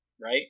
right